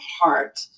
heart